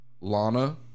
Lana